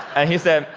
and he said,